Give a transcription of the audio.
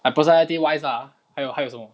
like personality wise ah 还有还有什么